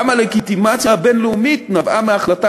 גם הלגיטימציה הבין-לאומית נבעה מהחלטה